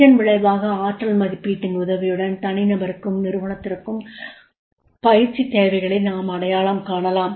இதன் விளைவாக ஆற்றல் மதிப்பீட்டின் உதவியுடன் தனிநபருக்கும் நிறுவனத்திற்கும் பயிற்சித் தேவைகளை நாம் அடையாளம் காணலாம்